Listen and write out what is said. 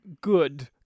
good